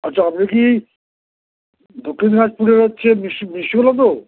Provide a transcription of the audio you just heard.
আচ্ছা আপনি কি দক্ষিণ দিনাজপুরের হচ্ছে মিষ্টিওলা তো